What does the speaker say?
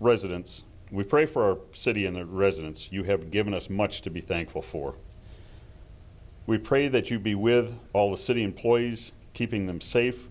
residents we pray for our city and the residents you have given us much to be thankful for we pray that you be with all the city employees keeping them safe